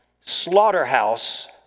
slaughterhouse